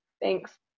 Thanks